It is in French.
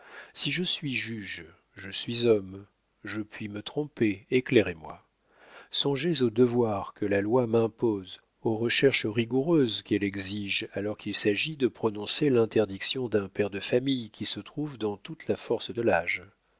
si je suis juge je suis homme je puis me tromper éclairez-moi songez aux devoirs que la loi m'impose aux recherches rigoureuses qu'elle exige alors qu'il s'agit de prononcer l'interdiction d'un père de famille qui se trouve dans toute la force de l'âge